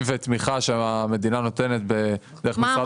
הצבעה